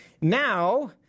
Now